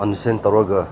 understand ꯇꯧꯔꯒ